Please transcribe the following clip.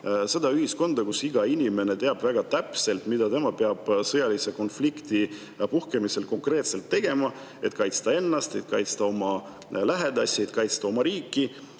vaid ühiskonda, kus iga inimene teab väga täpselt, mida tema peab sõjalise konflikti puhkemisel konkreetselt tegema, et kaitsta ennast, et kaitsta oma lähedasi, et kaitsta oma riiki.